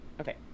Okay